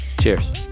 Cheers